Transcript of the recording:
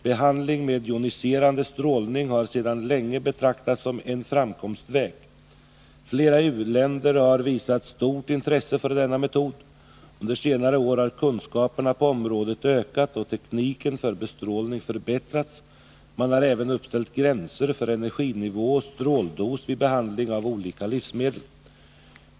Behandling med joniserande strålning har sedan länge betraktats som en framkomstväg. Flera u-länder har visat stort intresse för denna metod. Under senare år har kunskaperna på området ökat och tekniken för bestrålning förbättrats. Man har även uppställt gränser för energinivå och stråldos vid behandling av olika livsmedel.